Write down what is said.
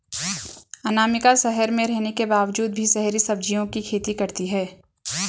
अनामिका शहर में रहने के बावजूद भी शहरी सब्जियों की खेती करती है